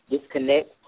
disconnect